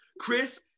chris